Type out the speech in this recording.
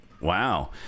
Wow